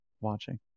watching